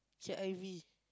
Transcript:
K_I_V